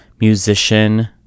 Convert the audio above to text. musician